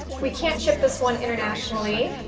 we can't shift this one internationally,